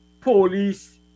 police